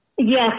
Yes